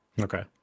Okay